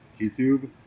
YouTube